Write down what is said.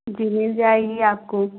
जी मिल जाएगी आपको